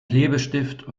klebestift